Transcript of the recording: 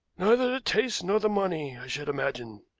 neither the taste nor the money, i should imagine,